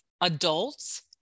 adults